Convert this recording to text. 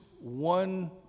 one